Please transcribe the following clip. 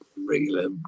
regular